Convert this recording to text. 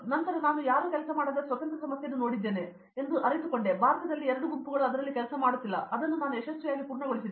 ನಂತರ ನಾನು ಯಾರೂ ಕೆಲಸ ಮಾಡದ ಸ್ವತಂತ್ರ ಸಮಸ್ಯೆಯನ್ನು ನೋಡಿದ್ದೇನೆ ಎಂದು ನಾನು ಅರಿತುಕೊಂಡೆ ಭಾರತದಲ್ಲಿ ಎರಡು ಗುಂಪುಗಳು ಅದರಲ್ಲಿ ಕೆಲಸ ಮಾಡುತ್ತಿಲ್ಲ ಮತ್ತು ನಾನು ಅದನ್ನು ಯಶಸ್ವಿಯಾಗಿ ಪೂರ್ಣಗೊಳಿಸಿದೆ